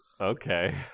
Okay